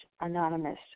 Anonymous